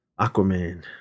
Aquaman